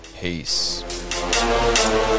Peace